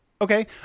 Okay